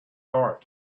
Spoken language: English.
heart